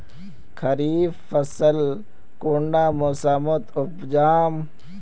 खरीफ फसल कुंडा मोसमोत उपजाम?